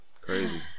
Crazy